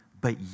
but